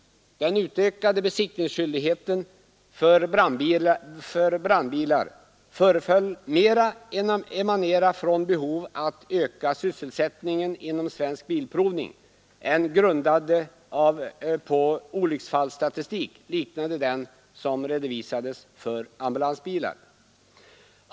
Den utökade besiktningsskyldigheten för brandbilar föreföll mera emanera från behovet att öka sysselsättningen hos Svensk bilprovning än vara grundad på olycksfallsstatistik, liknande den som redovisades för ambulansbilar.